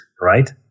right